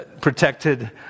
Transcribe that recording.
protected